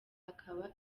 akaba